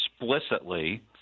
explicitly